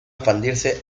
expandirse